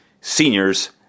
seniors